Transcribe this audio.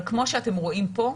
אבל כמו שאתם רואים פה,